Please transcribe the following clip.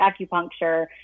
acupuncture